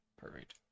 Perfect